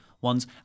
ones